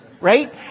Right